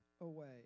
away